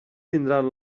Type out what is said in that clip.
tindran